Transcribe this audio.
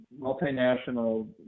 multinational